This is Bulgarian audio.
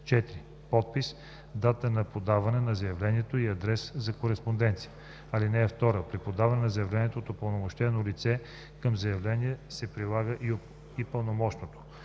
4. подпис, дата на подаване на заявлението и адрес за кореспонденция. (2) При подаването на заявление от упълномощено лице към заявлението се прилага и пълномощното.“